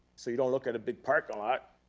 so you don't look at a big park a lot.